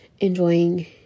enjoying